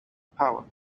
power